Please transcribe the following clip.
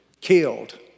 killed